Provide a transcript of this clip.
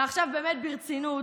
ועכשיו באמת ברצינות,